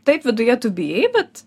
taip viduje tu bijai bet